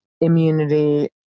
immunity